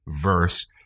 verse